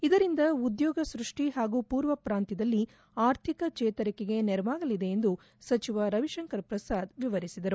ಇದರಿಂದ ಉದ್ಯೋಗ ಸೃಷ್ಠಿ ಹಾಗೂ ಪೂರ್ವ ಪ್ರಾಂತ್ವದಲ್ಲಿ ಆರ್ಥಿಕ ಚೇತರಿಕೆಗೆ ನೆರವಾಗಲಿದೆ ಎಂದು ಸಚಿವ ರವಿಶಂಕರ್ ಪ್ರಸಾದ್ ವಿವರಿಸಿದರು